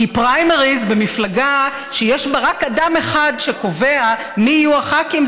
כי פריימריז במפלגה שיש בה רק אדם אחד שקובע מי יהיו הח"כים,